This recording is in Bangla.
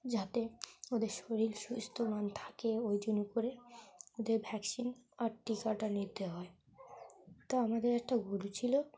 যাতে ওদের শরীর সুস্থ থাকে ওই জন্য করে ওদের ভ্যাকসিন আর টিকাটা নিতে হয় তা আমাদের একটা গরু ছিল